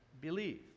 believe